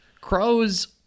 Crows